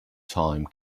time